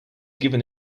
given